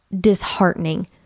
disheartening